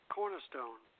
Cornerstone